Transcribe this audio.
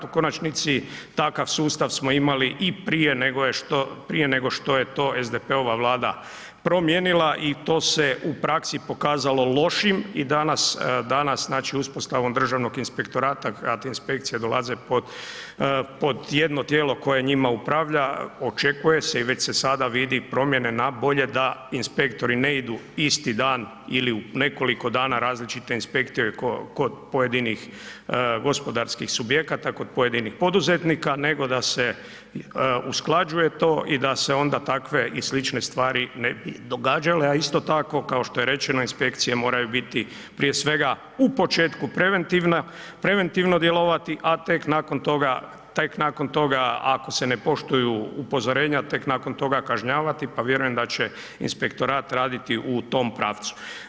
U konačnici takav sustav smo imali i prije nego što je to SDP-ova vlada promijenila i to se u praksi pokazalo lošim i danas, danas znači uspostavom Državnog inspektorata, kad inspekcije dolaze pod jedno tijelo koje njima upravlja, očekuje se i već se sada vidi promjene na bolje da inspektori ne idu isti dan ili u nekoliko dana različite inspekcije kod pojedinih gospodarskih subjekata, kod pojedinih poduzetnika, nego da se usklađuje to i da se onda takve i slične stvari ne bi događale, a isto tako kao što je rečeno inspekcije moraju biti prije svega u početku preventivna, preventivno djelovati, a tek nakon toga, tek nakon toga ako se ne poštuju upozorenja tek nakon toga kažnjavati pa vjerujem da će inspektorat raditi u tom pravcu.